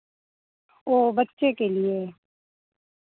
ओ बच्चे के लिए